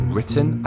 Written